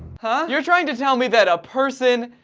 huh? you're trying to tell me that a person.